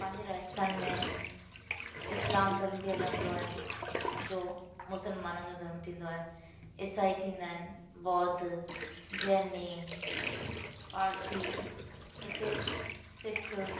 पंहिंजे राजस्थान में इस्लाम धर्म बि हलंदो आहे जो मुस्लमाननि जो धर्म थींदो आए ईसाई थींदा आइन बौद्ध जैनी पार्सी हिते सिख